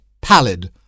pallid